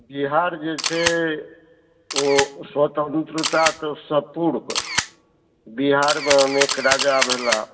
बिहार जे छै ओ स्वतंत्रतासँ पूर्व बिहारमे अनेक राजा भेला